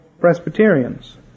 Presbyterians